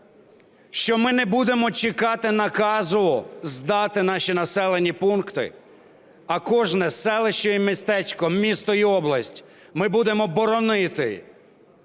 що ми не будемо чекати наказу здати наші населені пункти, а кожне селище і містечко, місто і область ми будемо боронити